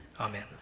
Amen